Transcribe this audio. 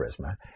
charisma